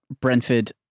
Brentford